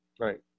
Right